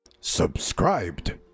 Subscribed